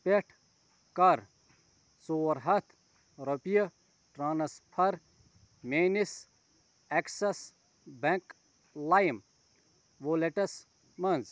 پٮ۪ٹھ کر ژور ہَتھ رۄپیہِ ٹرٛانسفَر میٛٲنِس ایٚکسیٖس بیٚنٛک لایِم وولیٚٹَس منٛز